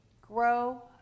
grow